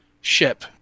ship